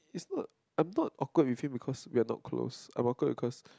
is not I'm not awkward with him because we're not close I'm awkward because